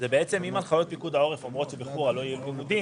בעצם אם הנחיות פיקוד העורף אומרות שבחורה לא יהיו לימודים,